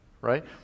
right